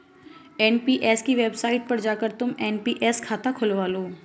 NPS की website पर जाकर तुम एन.पी.एस खाता खुलवा लो